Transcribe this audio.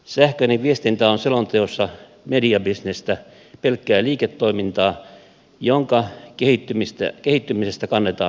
sähköinen viestintä on selonteossa mediabisnestä pelkkää liiketoimintaa jonka kehittymisestä kannetaan huolta